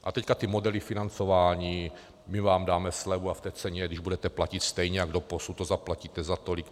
A teď ty modely financování: my vám dáme slevu a v té ceně, když budete platit stejně jak doposud, to zaplatíte za tolik.